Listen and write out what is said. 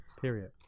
Period